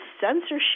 censorship